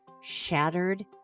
Shattered